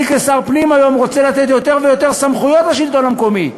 אני כשר הפנים היום רוצה לתת יותר ויותר סמכויות לשלטון המקומי.